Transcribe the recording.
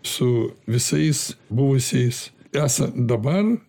su visais buvusiais esam dabar